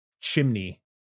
chimney